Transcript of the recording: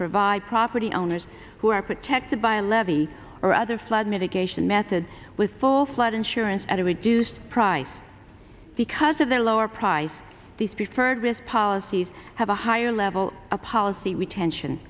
provide property owners who are protected by a levee or other flood mitigation method with full flood insurance at a reduced price because of their lower price these preferred risk policies have a higher level of policy retention